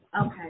Okay